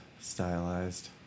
stylized